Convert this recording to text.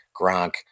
Gronk